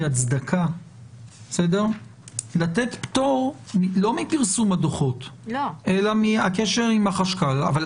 הצדקה לתת פטור לא מפרסום הדוחות אלא מהקשר עם החשב הכללי,